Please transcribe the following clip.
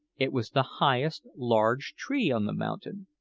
it was the highest large tree on the mountain,